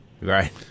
Right